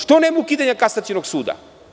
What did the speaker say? Što nema ukidanja Kasacionog suda?